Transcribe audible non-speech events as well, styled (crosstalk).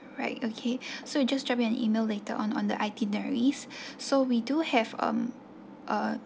right okay (breath) so just drop you an email later on on the itineraries (breath) so we do have um a